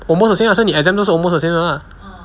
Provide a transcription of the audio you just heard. almost the same lah so 你 exam 都是 almost the same 的 lah